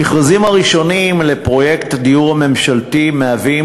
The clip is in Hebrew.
המכרזים הראשונים לפרויקט הדיור הממשלתי מהווים